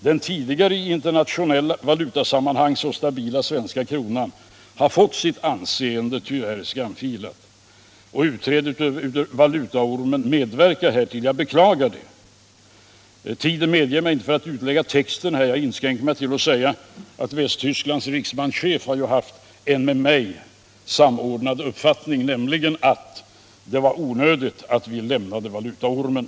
Den tidigare i valutasammanhang så stabila svenska kronan har tyvärr fått sitt anseende skamfilat. Utträdet ur valutaormen medverkar härtill, och jag beklagar det. Tiden medger mig inte att utlägga texten här. Jag inskränker mig till att säga att Västtysklands riksbankschef har haft en uppfattning samordnad med min, nämligen att det var onödigt att vi lämnade valutaormen.